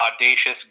audacious